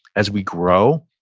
as we grow,